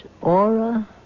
aura